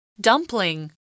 Dumpling